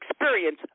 experience